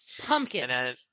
Pumpkin